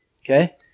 okay